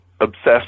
obsessed